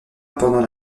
pendant